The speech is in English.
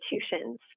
institutions